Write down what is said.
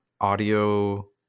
audio